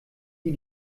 die